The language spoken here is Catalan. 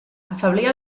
afeblir